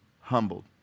humbled